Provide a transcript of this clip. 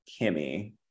Kimmy